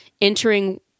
entering